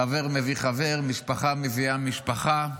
חבר מביא חבר, משפחה מביאה משפחה.